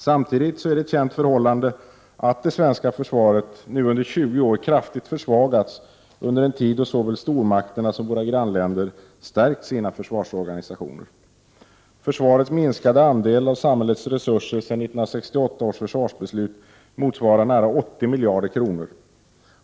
Samtidigt är det ett känt förhållande att det svenska försvaret nu under 20 — Prot. 1988/89:91 år kraftigt försvagats under en tid då såväl stormakterna som våra grannlän 6 april 1989 der stärkt sina försvarsorganisationer. Försvarets minskade andel av samhällets resurser sedan 1968 års försvarsbeslut motsvarar nära 80 miljarder kronor.